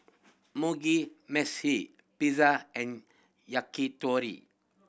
Mugi Meshi Pizza and Yakitori